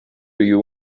you